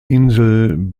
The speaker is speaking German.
insel